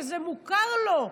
וזה מוכר לו,